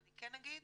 אבל אני כן אגיד